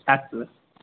अस्तु अस्तु